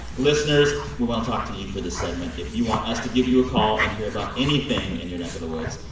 listeners, we want to talk to you for this segment. if you want us to give you a call and hear about anything in your neck of the woods,